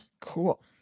Cool